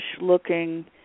looking